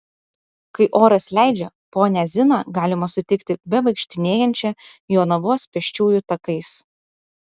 kai oras leidžia ponią ziną galima sutikti bevaikštinėjančią jonavos pėsčiųjų takais